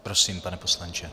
Prosím, pane poslanče.